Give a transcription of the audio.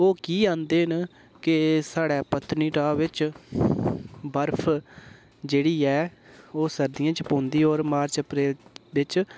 ओह् कि आंदे न कि स्हाड़ै पत्नीटाप बिच्च बर्फ जेह्ड़ी ऐ ओह् सर्दियें च पौंदी होर मार्च अप्रैल बिच्च